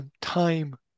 time